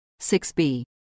6b